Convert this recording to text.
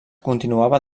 continuava